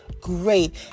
great